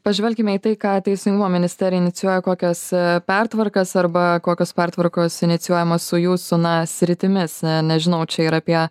pažvelkime į tai ką teisingumo ministerija inicijuoja kokias pertvarkas arba kokios pertvarkos inicijuojamos su jūsų na sritimis nežinau čia ir apie